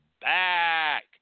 back